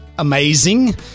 Amazing